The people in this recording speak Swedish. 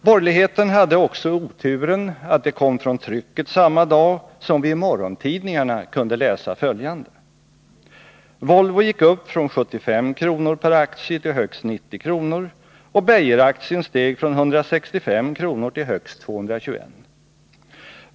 Borgerligheten hade också oturen att det kom från trycket samma dag som vi i morgontidningarna kunde läsa följande: ”Volvo gick upp från 75 kr. per aktie till högst 90 kr., och Beijer-aktien steg från 165 kr. till högst 221.